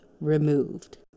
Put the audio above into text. removed